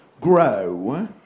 grow